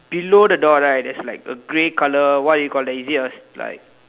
below the door right there's like a grey colour what do you call that is it a like